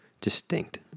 distinct